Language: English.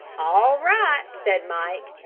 all right, said mike,